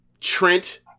Trent